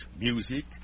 music